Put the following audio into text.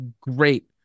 great